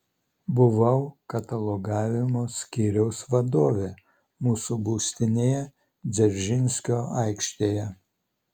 buvau katalogavimo skyriaus vadovė mūsų būstinėje dzeržinskio aikštėje